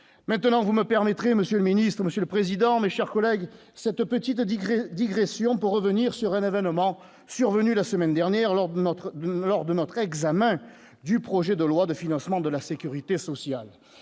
maintenant, vous me permettrez monsieur le ministre, monsieur le président, mes chers collègues, cette petite indiquerait digression, pour revenir sur un événement survenu la semaine dernière lors de notre lors de notre examen du projet de loi de financement de la Sécurité sociale,